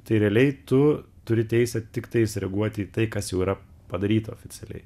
tai realiai tu turi teisę tiktais reaguoti į tai kas jau yra padaryta oficialiai